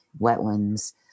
wetlands